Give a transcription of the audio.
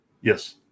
Yes